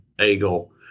eagle